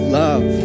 love